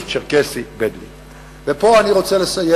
וזה קשה.